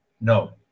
No